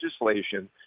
legislation